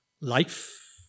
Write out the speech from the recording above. life